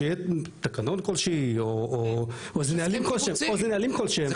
שיהיה תקנות כלשהם או איזה נהלים כלשהם.